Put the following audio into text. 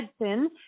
Edson